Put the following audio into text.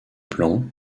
plan